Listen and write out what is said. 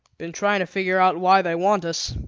been trying to figure out why they want us,